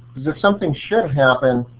because if something should happen,